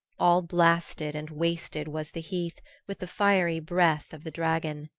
all blasted and wasted was the heath with the fiery breath of the dragon.